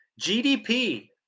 GDP